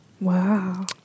Wow